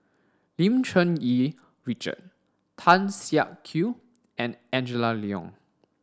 Lim Cherng Yih Richard Tan Siak Kew and Angela Liong